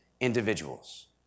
individuals